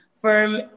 firm